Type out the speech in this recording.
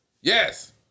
Yes